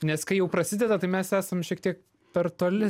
nes kai jau prasideda tai mes esam šiek tiek per toli